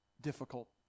difficult